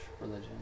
religion